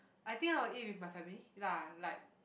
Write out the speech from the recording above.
I think I will eat with my family lah like